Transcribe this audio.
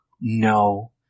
No